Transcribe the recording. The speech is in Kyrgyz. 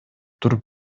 туруп